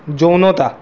যৌনতা